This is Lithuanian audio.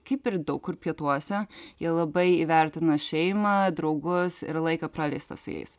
kaip ir daug kur pietuose jie labai įvertina šeimą draugus ir laiką praleistą su jais